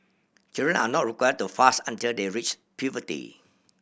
children are not required to fast until they reach puberty